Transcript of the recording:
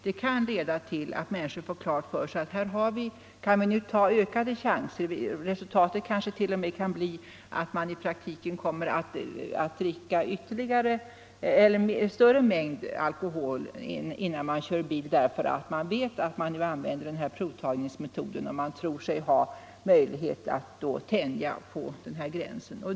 Det kan leda till att människor får för sig att de kan ta ökade chansningar, och resultatet kanske i praktiken t.o.m. kan bli att de kommer att dricka en större mängd alkohol innan de kör bil bara därför att de vet att denna provtagningsmetod används och de då tror sig ha möjlighet att tänja alkoholkoncentrationsgränsen.